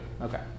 Okay